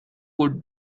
could